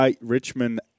Richmond